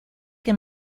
que